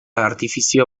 artifizio